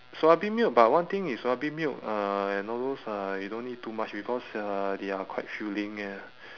soya bean milk but one thing is soya bean milk uh and all those uh you don't need too much because uh they are quite filling and